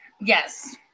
Yes